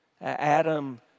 Adam